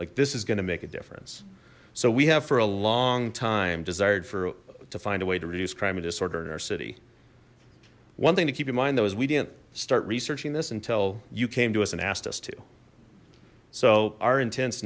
like this is gonna make a difference so we have for a long time desired for to find a way to reduce crime and disorder in our city one thing to keep in mind though is we didn't start researching this until you came to us and asked us to so our inten